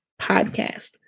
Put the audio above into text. podcast